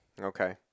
Okay